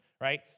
right